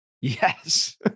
Yes